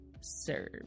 serve